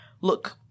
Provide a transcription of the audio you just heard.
Look